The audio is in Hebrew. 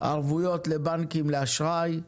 ערבויות לבנקים לאשראי,